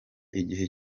igihe